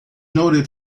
noted